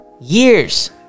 years